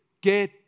get